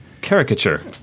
Caricature